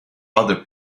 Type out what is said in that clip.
other